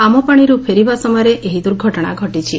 ଆମପାଣିରୁ ଫେରିବା ସମୟରେ ଏହି ଦୁର୍ଘଟଣା ଘଟିଛି